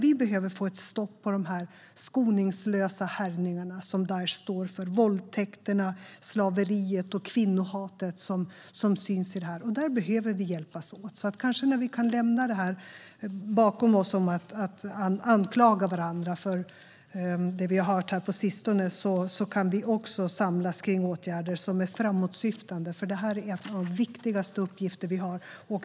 Vi behöver få ett stopp på de här skoningslösa härjningarna som Daesh står för - våldtäkterna, slaveriet och kvinnohatet som syns i det här. Där behöver vi hjälpas åt. När vi kan lämna det här med att anklaga varandra bakom oss kan vi också samlas kring åtgärder som är framåtsyftande. Det är en av de viktigaste uppgifter vi har.